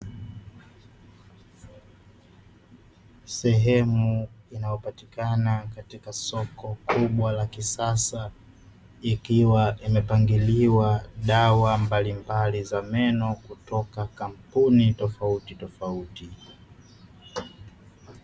Sehemu inayopatikana katika soko kubwa la kisasa ikiwa imepangiliwa dawa mbalimbali za meno kutoka kampuni tofautitofauti.